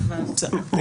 ממשיכים בהקראה.